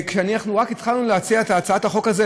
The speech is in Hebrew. אנחנו רק התחלנו להציע את הצעת החוק הזאת